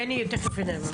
בני ממשטרת ישראל תכף ידבר.